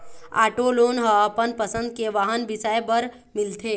auto loan ह अपन पसंद के वाहन बिसाए बर मिलथे